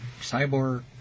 Cyborg